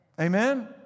Amen